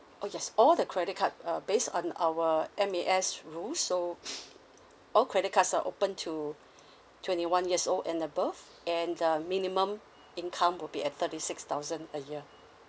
oh yes all the credit card uh based on our M_A_S rules so all credit cards are open to twenty one years old and above and um minimum income will be at thirty six thousand a year